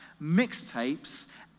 mixtapes